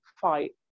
fight